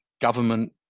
government